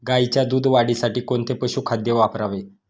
गाईच्या दूध वाढीसाठी कोणते पशुखाद्य वापरावे?